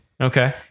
Okay